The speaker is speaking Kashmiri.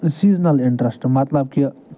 سیٖزنَل اِنٹَرٛسٹ مطلب کہِ